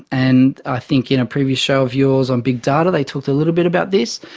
and i think in a previous show of yours on big data they talked a little bit about this,